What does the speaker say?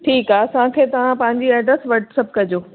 ठीकु आहे असांखे तव्हां पंहिंजी एड्रेस वॉट्सप कजो